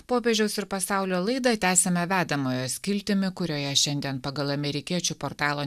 popiežiaus ir pasaulio laidą tęsiame vedamojo skiltimi kurioje šiandien pagal amerikiečių portalo